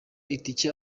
itike